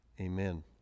Amen